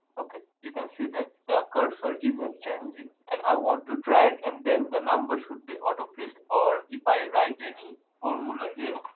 ok? you can see that the cursor isn't changing. and i want to drag and then the number should be auto-filled or if i write any formula here.